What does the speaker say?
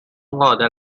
قادر